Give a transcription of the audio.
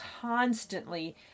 constantly